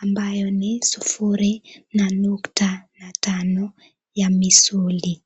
ambayo ni sufuri na nukta na tano ya misuli.